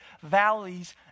valleys